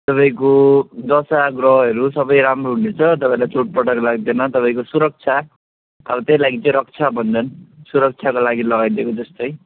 तपाईँको दशाग्रहहरू सबै राम्रो हुन्छ तपाईँलाई चोटपटक लाग्दैन तपाईँको सुरक्षा हो त्यही लागि चाहिँ रक्षाबन्धन सुरक्षाको लागि लगाइदिएको जस्तै